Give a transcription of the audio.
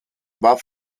war